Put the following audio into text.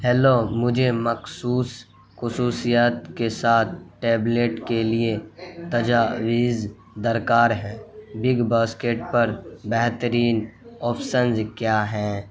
hello مجھے مخصوص خصوصیات کے ساتھ ٹیبلٹ کے لیے تجاویز درکار ہیں بگ باسکٹ پر بہترین آپسنج کیا ہیں